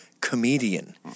comedian